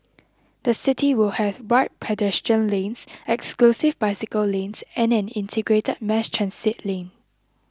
the city will have wide pedestrian lanes exclusive bicycle lanes and an integrated mass transit lane